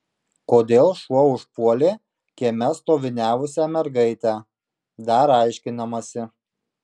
kodėl šuo užpuolė kieme stoviniavusią mergaitę dar aiškinamasi